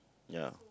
ya